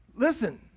Listen